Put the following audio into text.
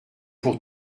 pour